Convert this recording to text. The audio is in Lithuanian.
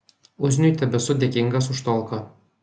uzniui tebesu dėkingas už talką